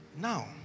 Now